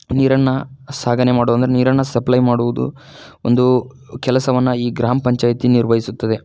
ನೀರನ್ನು ಸಾಗಣೆ ಮಾಡು ಅಂದರೆ ನೀರನ್ನು ಸಪ್ಲೈ ಮಾಡುವುದು ಒಂದು ಕೆಲಸವನ್ನು ಈ ಗ್ರಾಮ ಪಂಚಾಯಿತಿ ನಿರ್ವಹಿಸುತ್ತದೆ